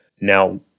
Now